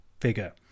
figure